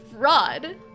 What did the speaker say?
fraud